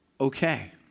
okay